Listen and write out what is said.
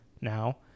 now